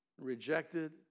rejected